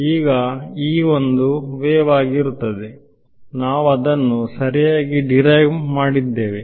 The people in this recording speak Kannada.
ಆಗ E ಒಂದು ವೆವಾಗಿರುತ್ತದೆ ನಾವು ಅದನ್ನು ಸರಿಯಾಗಿ ಡಿರೈವ್ ಮಾಡಿದ್ದೇವೆ